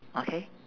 okay